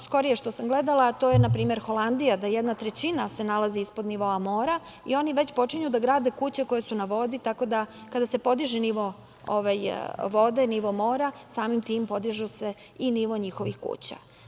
Skorije što sam gledala, to je na primer Holandija, da jedna trećina se nalazi ispod nivoa mora i oni već počinju da grade kuće koje su na vodi, tako da kada se podiže nivo vode, nivo mora, samim tim podiže se nivo njihovih kuća.